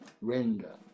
render